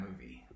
movie